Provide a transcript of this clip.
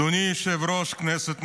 אדוני היושב-ראש, כנסת נכבדה,